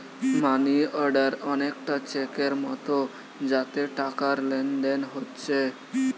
মানি order অনেকটা চেকের মতো যাতে টাকার লেনদেন হোচ্ছে